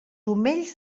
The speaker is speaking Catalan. omells